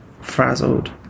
frazzled